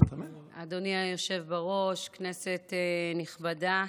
אדוני היושב בראש, כנסת נכבדה,